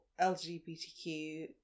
LGBTQ